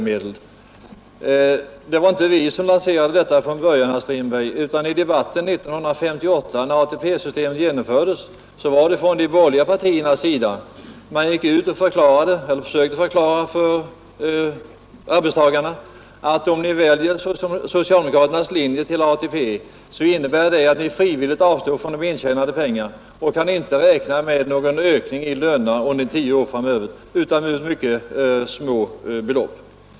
Men det var inte vi som lanserade detta från början, herr Strindberg, utan i debatten 1958, när ATP-systemet skulle genomföras, var det från de borgerliga partiernas sida man försökte förklara för arbetstagarna att om ni väljer socialdemokraternas ATP-linje innebär det att ni frivilligt avstår från intjänade pengar och inte kan räkna med någon ökning av lönerna under tio år framöver, utom med mycket små belopp.